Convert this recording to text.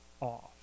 off